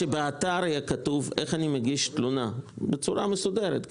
שבאתר יהיה כתוב איך אני מגיש תלונה בצורה מסודרת.